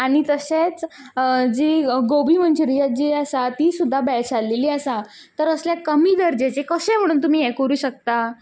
आनी तशेंच जी गोबी मनचुरीयन जी आसा ती सुद्दां बेळशालेली आसा तर अशें कमी दर्जेचें तुमी कशें म्हणून हें करूं शकता